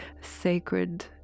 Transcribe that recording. sacred